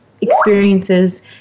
experiences